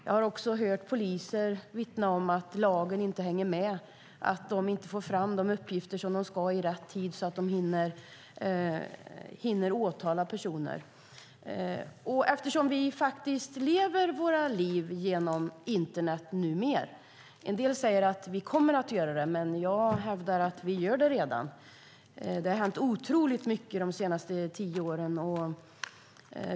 Jag har också hört poliser vittna om att lagen inte hänger med och att de inte får fram de uppgifter som de behöver i rätt tid för att hinna åtala personer. Vi lever våra liv genom internet numera. En del säger att vi kommer att göra det, men jag hävdar att vi redan gör det. Det har hänt otroligt mycket de senaste tio åren.